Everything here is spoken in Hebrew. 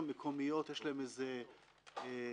המקומיות יש סטייה